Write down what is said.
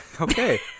Okay